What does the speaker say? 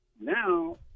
now